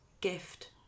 gift